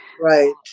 Right